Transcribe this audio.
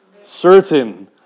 Certain